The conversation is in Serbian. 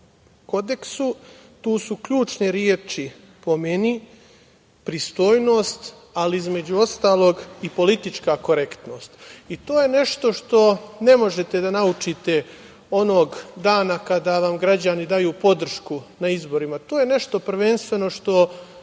kodeksu, tu su ključne reči, po meni, pristojnost, ali, između ostalog, i politička korektnost. To je nešto što ne možete da naučite onog dana kada vam građani daju podršku na izborima. To je nešto prvenstveno što